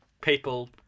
people